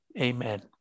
Amen